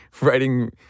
writing